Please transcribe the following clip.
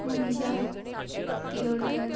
Manisha Tirodkar